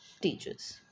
teachers